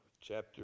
Chapter